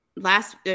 last